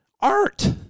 art